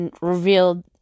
revealed